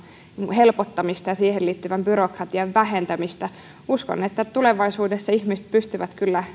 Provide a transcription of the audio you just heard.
helpottamista ja siihen liittyvän byrokratian vähentämistä uskon että tulevaisuudessa ihmiset pystyvät kyllä